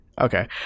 okay